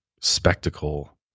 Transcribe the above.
spectacle